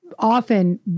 Often